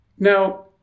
Now